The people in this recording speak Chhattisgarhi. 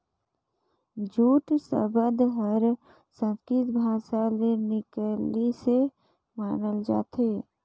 जूट सबद हर संस्कृति भासा ले निकलिसे मानल जाथे